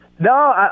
No